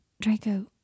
Draco